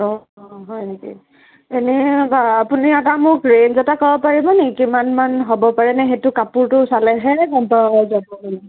অঁ হয় নেকি এনেই আপুনি এটা মোক ৰেইনজ এটা ক'ব পাৰিব নেকি কিমানমান হ'ব পাৰে নে সেইটো কাপোৰটো চালেহে গম পোৱা যাব